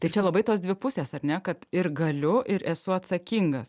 tai čia labai tos dvi pusės ar ne kad ir galiu ir esu atsakingas